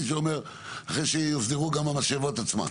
אמר "אחרי שיוסדרו גם המשאבות עצמן".